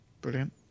Brilliant